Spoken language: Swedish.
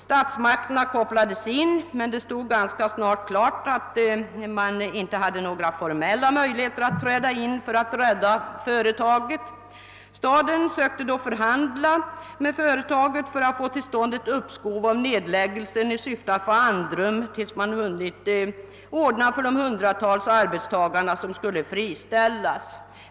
Statsmakterna kopplades in, men det stod snart klart att de knappast hade några formella möjligheter att träda in för att rädda företaget. Staden försökte då förhandla med företaget för att åstadkomma ett uppskov med nedläggningen i syfte att få andrum, tills man hunnit ordna för de hundratals arbetstagare som skulle friställas.